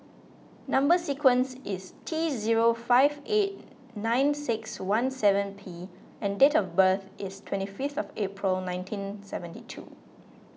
Number Sequence is T zero five eight nine six one seven P and date of birth is twenty fifth of April nineteen seventy two